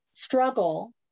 struggle